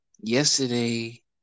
yesterday